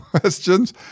questions